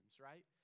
right